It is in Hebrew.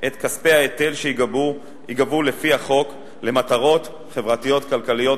את כספי ההיטל שייגבו לפי החוק למטרות חברתיות-כלכליות,